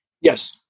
Yes